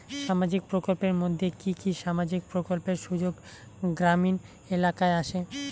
সামাজিক প্রকল্পের মধ্যে কি কি সামাজিক প্রকল্পের সুযোগ গ্রামীণ এলাকায় আসে?